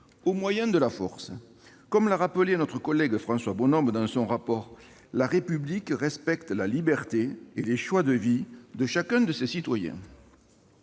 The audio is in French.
au moyen de la force. Comme l'a rappelé notre collègue François Bonhomme dans son rapport, « la République respecte la liberté et les choix de vie de chacun de ses citoyens